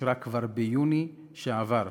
שאושרה כבר ביוני שעבר,